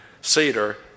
cedar